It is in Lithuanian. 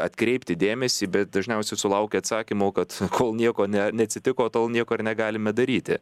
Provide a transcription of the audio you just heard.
atkreipti dėmesį bet dažniausiai sulaukia atsakymo kad kol nieko ne neatsitiko tol nieko ir negalime daryti